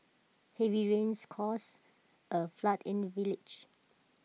heavy rains caused A flood in the village